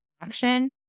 action